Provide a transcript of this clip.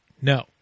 No